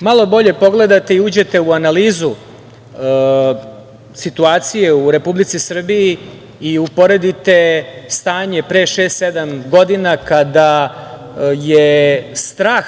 malo bolje pogledate i uđete u analizu situacije u Republici Srbiji i uporedite stanje pre šest, sedam godina kada je strah